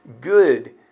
good